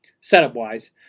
setup-wise